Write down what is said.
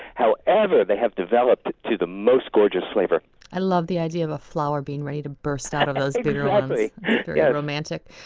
however, they have developed to the most gorgeous flavor i love the idea of a flower being ready to burst out of those bigger um ones. yeah and um and